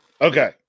Okay